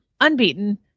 unbeaten